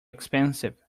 expensive